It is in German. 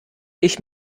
ich